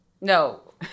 no